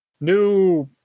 new